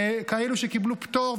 כאלה שקיבלו פטור,